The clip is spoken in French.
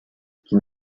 qui